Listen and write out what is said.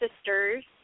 sisters